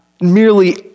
merely